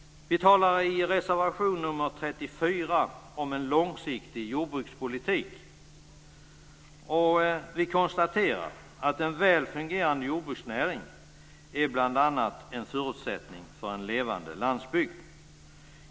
Vi behandlar i reservation nr 34 frågan om en långsiktig jordbrukspolitik, och vi konstaterar att en väl fungerande jordbruksnäring bl.a. är en förutsättning för en levande landsbygd.